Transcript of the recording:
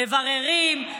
מבררים,